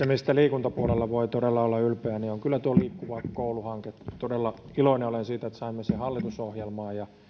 mistä liikuntapuolella voi todella olla ylpeä on kyllä liikkuva koulu hanke todella iloinen olen siitä että saimme sen hallitusohjelmaan ja